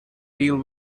deal